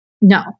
No